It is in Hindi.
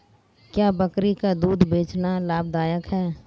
क्या बकरी का दूध बेचना लाभदायक है?